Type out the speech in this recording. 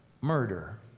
murder